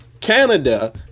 Canada